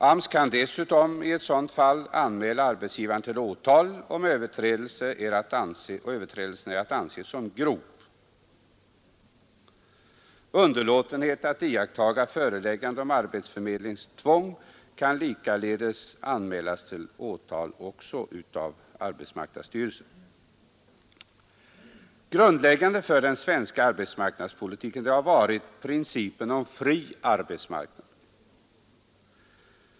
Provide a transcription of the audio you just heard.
AMS kan dessutom i sådant fall anmäla arbetsgivaren till åtal om överträdelsen är att anse som grov. Underlåtenhet att iakttaga föreläggande om arbetsförmedlingstvång kan likaledes anmälas till åtal av AMS. Grundläggande för den svenska arbetsmarknadspolitiken har varit principen om fri arbetsmarknad.